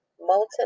Molten